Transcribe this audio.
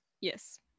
Yes